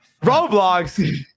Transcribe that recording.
roblox